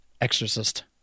Exorcist